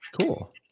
Cool